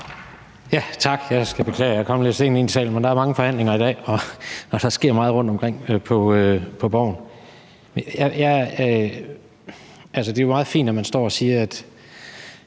Tak. Jeg skal beklage, jeg er kommet lidt sent ind i salen, men der er mange forhandlinger i dag, og der sker meget rundtomkring på Borgen. Altså, det er meget fint, at man står og siger: Vi